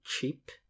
cheap